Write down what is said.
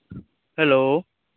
hello